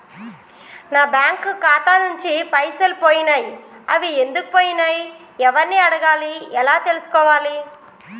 నా బ్యాంకు ఖాతా నుంచి పైసలు పోయినయ్ అవి ఎందుకు పోయినయ్ ఎవరిని అడగాలి ఎలా తెలుసుకోవాలి?